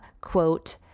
quote